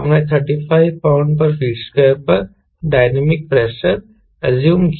हमने 35 lb ft2 पर dynamic pressure assume किया